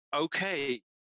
okay